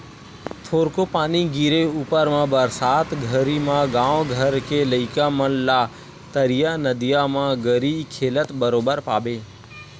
थोरको पानी के गिरे ऊपर म बरसात घरी म गाँव घर के लइका मन ला तरिया नदिया म गरी खेलत बरोबर पाबे